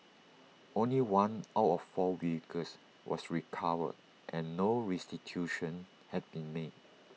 only one out of four vehicles was recovered and no restitution had been made